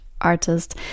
artist